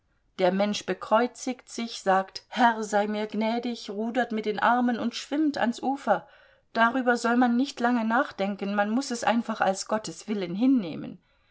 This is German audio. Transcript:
der mensch bekreuzigt sich sagt herr sei mir gnädig rudert mit den armen und schwimmt ans ufer darüber soll man nicht lange nachdenken man muß es einfach als gottes willen hinnehmen